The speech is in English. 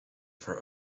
far